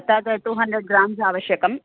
तद् two hundred grams आवश्यकम्